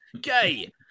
Gay